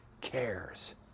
cares